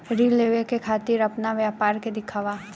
ऋण लेवे के खातिर अपना व्यापार के दिखावा?